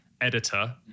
editor